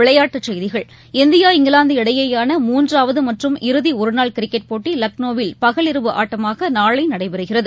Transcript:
விளையாட்டுச் செய்திகள் India England இடையேயான மூன்றாவதுமற்றும் இறுதிஒருநாள் கிரிக்கெட் போட்டி லக்னோவில் பகலிரவு ஆட்டமாகநாளைநடைபெறுகிறது